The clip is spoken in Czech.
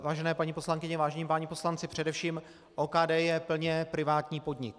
Vážené paní poslankyně, vážení páni poslanci, především OKD je plně privátní podnik.